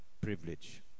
privilege